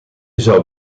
zou